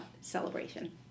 celebration